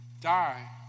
die